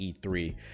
e3